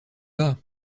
bas